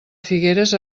figueres